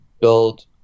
build